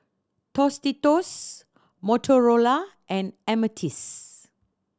Tostitos Motorola and Ameltz